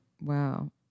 wow